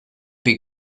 bee